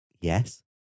yes